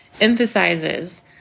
emphasizes